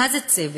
מה זה צוות,